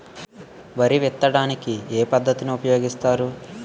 వరి విత్తడానికి ఏ పద్ధతిని ఉపయోగిస్తారు?